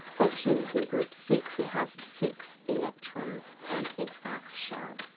oxygen is in group six. it has six electrons on its outer shell.